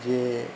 যে